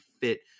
fit